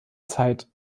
zeit